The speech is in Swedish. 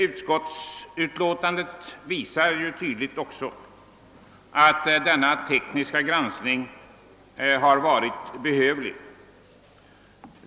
Utskottsmajoritetens skrivning visar också tydligt att denna tekniska granskning hade varit behövlig.